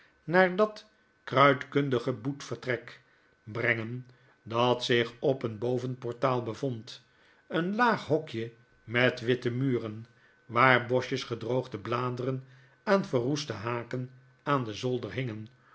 naar dat kruidkundige boetvertrek brengen dat zich op wp bovenportaal bevond een laag hokje met witte muren waar bosjes gedroogde bladeren fcaan verroeste haken aan den zolder hingen